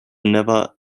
never